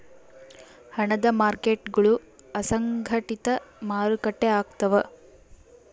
ಹಣದ ಮಾರ್ಕೇಟ್ಗುಳು ಅಸಂಘಟಿತ ಮಾರುಕಟ್ಟೆ ಆಗ್ತವ